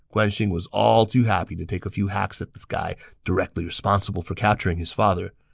guan xing was all too happy to take few hacks at the guy directly responsible for capturing his father.